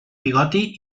bigoti